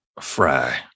Fry